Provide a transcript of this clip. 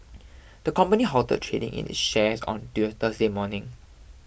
the company halted trading in its shares on till Thursday morning